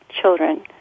children